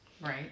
Right